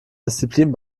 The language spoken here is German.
disziplin